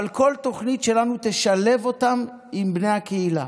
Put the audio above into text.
אבל כל תוכנית שלנו תשלב אותם עם בני הקהילה.